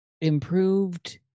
improved